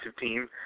team